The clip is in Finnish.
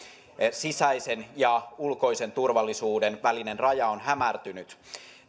sisäisen ja ulkoisen turvallisuuden välinen raja on hämärtynyt